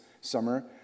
summer